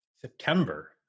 september